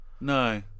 no